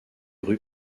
rues